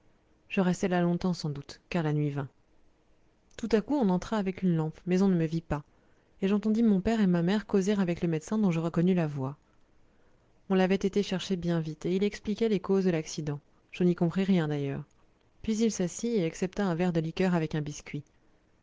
je restai là longtemps sans doute car la nuit vint tout à coup on entra avec une lampe mais on ne me vit pas et j'entendis mon père et ma mère causer avec le médecin dont je reconnus la voix on l'avait été chercher bien vite et il expliquait les causes de l'accident je n'y compris rien d'ailleurs puis il s'assit et accepta un verre de liqueur avec un biscuit